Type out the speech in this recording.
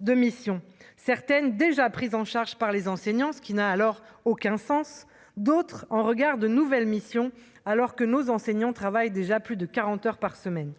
de missions certaines déjà pris en charge par les enseignants, ce qui n'a alors aucun sens, d'autres en regard de nouvelles missions, alors que nos enseignants travaillent déjà plus de 40 heures par semaine,